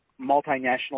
multinational